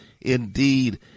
Indeed